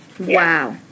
Wow